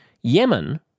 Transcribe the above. Yemen